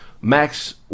max